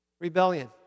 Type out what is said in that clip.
Rebellion